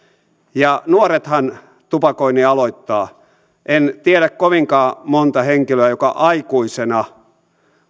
nuorethan tupakoinnin aloittavat en tiedä kovinkaan monta henkilöä joka aikuisena